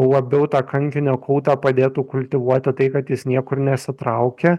labiau tą kankinio kultą padėtų kultivuoti tai kad jis niekur nesitraukia